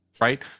right